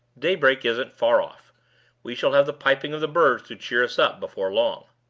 daybreak isn't far off we shall have the piping of the birds to cheer us up before long.